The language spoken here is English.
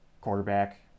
quarterback